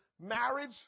marriage